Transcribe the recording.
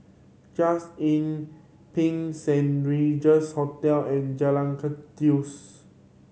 Just Inn Pine Saint Regis Hotel and Jalan Kandis